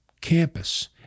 campus